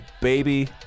baby